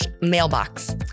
mailbox